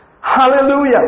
Hallelujah